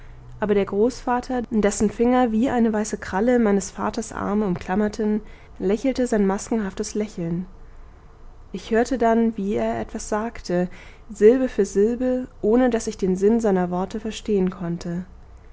aber der großvater dessen finger wie eine weiße kralle meines vaters arm umklammerten lächelte sein maskenhaftes lächeln ich hörte dann wie er etwas sagte silbe für silbe ohne daß ich den sinn seiner worte verstehen konnte